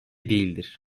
değildir